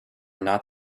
not